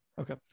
Okay